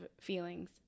feelings